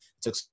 took